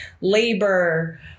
labor